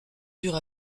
dure